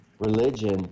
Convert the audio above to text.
religion